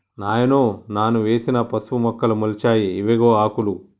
నాయనో నాను వేసిన పసుపు మొక్కలు మొలిచాయి ఇవిగో ఆకులు